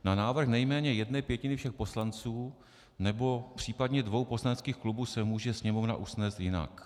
Na návrh nejméně jedné pětiny všech poslanců nebo případně dvou poslaneckých klubu se může Sněmovna usnést jinak.